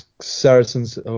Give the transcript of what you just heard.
Saracen's